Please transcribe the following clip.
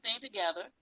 together